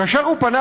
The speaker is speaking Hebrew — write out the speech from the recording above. כאשר הוא פנה,